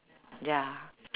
ya